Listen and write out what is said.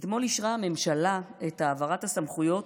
אתמול אישרה הממשלה את העברת הסמכויות